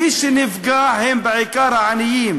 מי שנפגע זה בעיקר העניים.